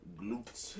glutes